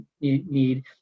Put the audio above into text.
need